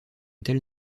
telle